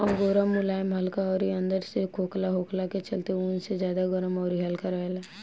angora मुलायम हल्का अउरी अंदर से खोखला होखला के चलते ऊन से ज्यादा गरम अउरी हल्का रहेला